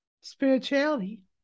spirituality